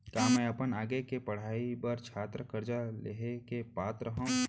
का मै अपन आगे के पढ़ाई बर छात्र कर्जा लिहे के पात्र हव?